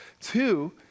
Two